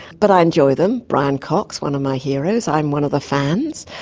but i enjoy them. brian cox, one of my heroes, i'm one of the fans.